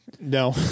No